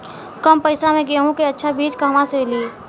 कम पैसा में गेहूं के अच्छा बिज कहवा से ली?